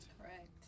Correct